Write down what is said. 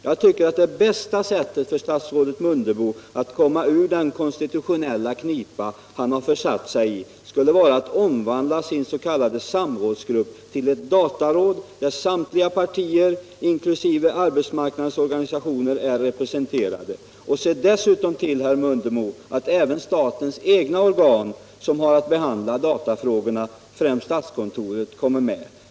Jag tycker att det bästa sättet för statsrådet Mundebo att ta sig ur den konstitutionella knipa han försatt sig i skulle vara att omvandla sin s.k. samrådsgrupp till ett dataråd, där samtliga partier inkl. arbetsmarknadens organisationer är representerade. Se dessutom till, herr Mundebo, att även statens egna organ som har att behandla datafrågor, främst statskontoret, kommer med!